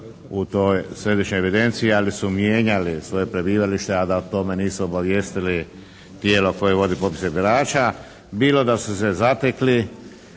u toj središnjoj evidenciji ali su mijenjali svoje prebivalište a da o tome nisu obavijesti tijelo koje vodi popise birača bilo da su se zatekli